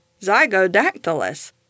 zygodactylus